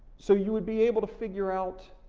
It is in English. so you would be able to figure out